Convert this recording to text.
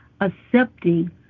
accepting